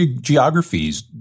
geographies